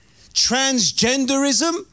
transgenderism